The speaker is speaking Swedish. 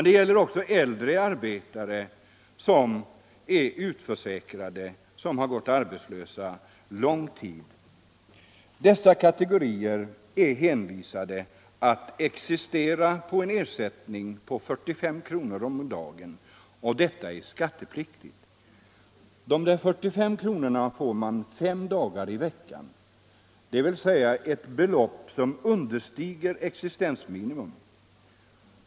Det gäller också äldre arbetare som är utförsäkrade och som gått arbetslösa lång tid. Dessa kategorier är hänvisade till att existera på en ersättning av 45 kr. om dagen. Denna ersättning är skattepliktig och utgår fem dagar i veckan, dvs. med ett belopp som understiger existensminimum.